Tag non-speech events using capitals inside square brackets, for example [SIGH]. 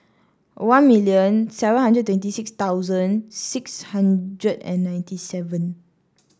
one million seven hundred twenty six thousand six hundred and ninety seven [NOISE]